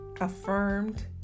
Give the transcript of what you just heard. affirmed